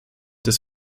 des